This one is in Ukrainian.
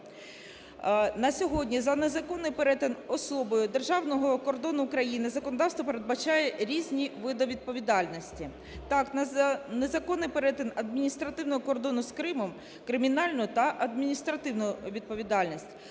На сьогодні за незаконний перетин особою державного кордону України законодавство передбачає різні види відповідальності. Так, за незаконний перетин адміністративного кордону з Кримом – кримінальну та адміністративну відповідальність,